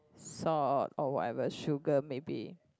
salt or whatever sugar maybe